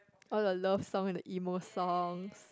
all the love song and the emo songs